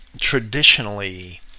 traditionally